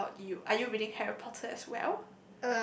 what about you are you reading Harry-Potter as well